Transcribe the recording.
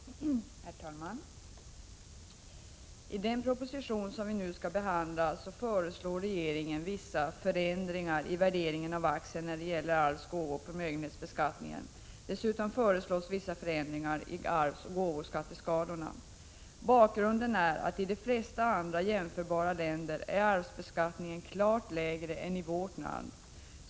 Herr talman! I den proposition som vi nu skall behandla föreslår regeringen vissa förändringar i värderingen av aktier när det gäller arvs-, gåvooch förmögenhetsbeskattningen. Dessutom föreslås vissa förändringar i arvsoch gåvoskatteskalan. Bakgrunden är att i de flesta andra jämförbara länder är arvsbeskattningen klart lägre än i vårt land.